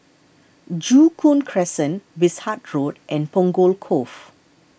Joo Koon Crescent Wishart Road and Punggol Cove